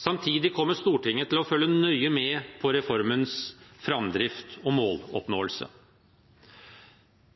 Samtidig kommer Stortinget til å følge nøye med på reformens framdrift og måloppnåelse.